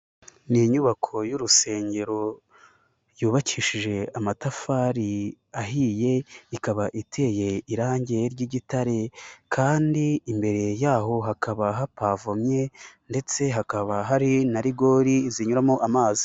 Ni inyubako y'urusengero yubakishije amatafari ahiye, ikaba iteye irange ry'igitare kandi imbere yaho hakaba hapavomye ndetse hakaba hari na rigori zinyuramo amazi.